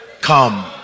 come